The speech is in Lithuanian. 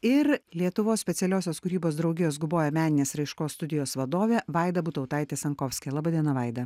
ir lietuvos specialiosios kūrybos draugijos guboja meninės raiškos studijos vadovė vaida butautaitė sankovskaja laba diena vaida